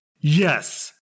Yes